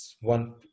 one